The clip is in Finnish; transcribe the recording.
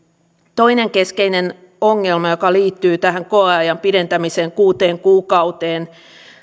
toinen keskeinen ongelma joka liittyy tähän koeajan pidentämiseen kuuteen kuukauteen